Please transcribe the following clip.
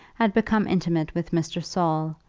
had become intimate with mr. saul,